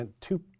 two